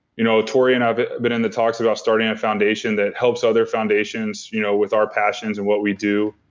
you know tori and i have been in the talks about starting a foundation that helps other foundations you know with our passions and what we do.